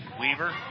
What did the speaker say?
Weaver